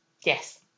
Yes